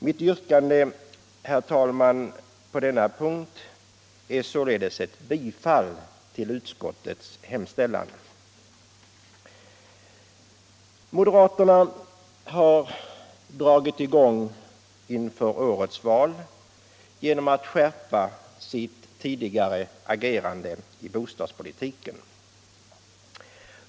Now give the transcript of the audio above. Mitt yrkande, herr talman, på denna punkt är således bifall till utskottets hemställan. Moderaterna har dragit i gång inför årets val genom att skärpa sitt tidigare agerande i bostadspolitiken.